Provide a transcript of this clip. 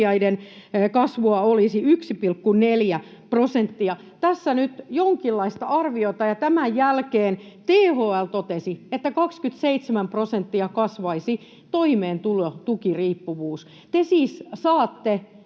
18-vuotiaissa kasvua olisi 1,4 prosenttia. Tässä nyt jonkinlaista arviota. Tämän jälkeen THL totesi, että 27 prosenttia kasvaisi toimeentulotukiriippuvuus.